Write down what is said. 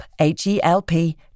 H-E-L-P